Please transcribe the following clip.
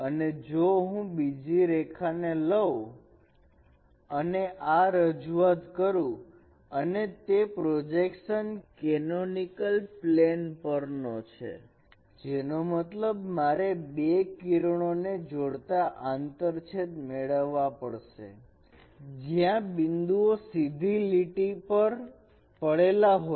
અને જો હું બીજી કોઈ રેખાને લવ અને આ રજૂઆત કરું અને તે પ્રોજેક્શન કેનોનિકલ પ્લેન પરનો છે જેનો મતલબ મારે બે કિરણોને જોડતા આંતરછેદ મેળવવા પડશે જ્યાં બિંદુઓ સીધી લીટી પર પડેલા હોય